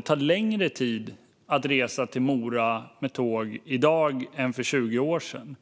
tar längre tid att resa till Mora med tåg i dag än för 20 år sedan.